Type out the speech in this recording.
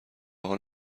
حال